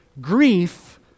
grief